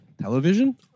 Television